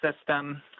system